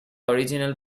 original